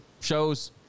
shows